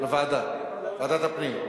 ועדה, ועדת הפנים?